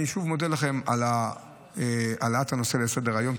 אני שוב מודה לכם על העלאת הנושא לסדר-היום.